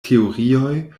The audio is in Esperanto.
teorioj